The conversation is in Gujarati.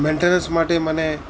મેન્ટેનન્સ માટે મને